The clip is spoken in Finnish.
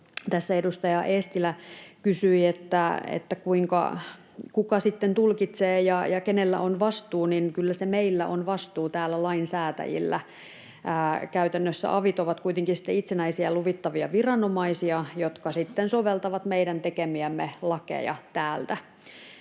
edustaja Eestilä kysyi, kuka sitten tulkitsee ja kenellä on vastuu, niin kyllä se vastuu on täällä meillä lainsäätäjillä. Käytännössä avit ovat kuitenkin itsenäisiä luvittavia viranomaisia, jotka sitten soveltavat meidän täällä tekemiämme lakeja.